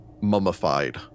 mummified